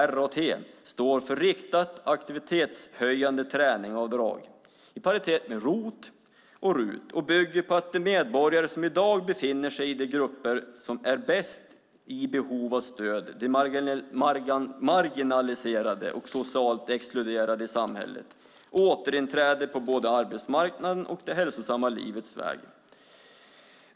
RAT står för riktat aktivitetshöjande träning-avdrag, i paritet med ROT och RUT, och bygger på att de medborgare som i dag befinner sig i de grupper som är bäst i behov av stöd, de marginaliserade och socialt exkluderade i samhället, återinträder på både arbetsmarknaden och det hälsosamma livets väg.